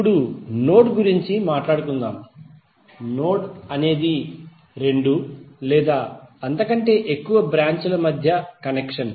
ఇప్పుడు నోడ్ గురించి మాట్లాడుదాం నోడ్ అనేది రెండు లేదా అంతకంటే ఎక్కువ బ్రాంచ్ ల మధ్య కనెక్షన్